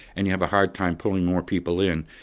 and you have a hard time pulling more people in,